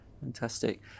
Fantastic